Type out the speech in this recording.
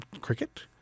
cricket